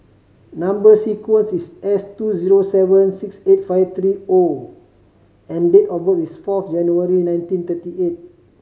number sequence is S two zero seven six eight five three O and date of birth is four January nineteen thirty eight